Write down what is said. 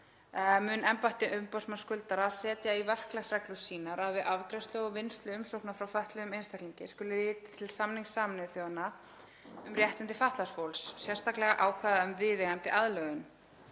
mun embætti umboðsmanns skuldara setja í verklagsreglur sínar að við afgreiðslu og vinnslu umsókna frá fötluðum einstaklingum skuli litið til samnings Sameinuðu þjóðanna um réttindi fatlaðs fólks, sérstaklega ákvæða um viðeigandi aðlögun.